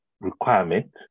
requirement